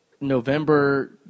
November